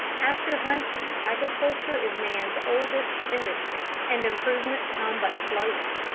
after hunting, agriculture is man's oldest industry, and improvements come but slowly,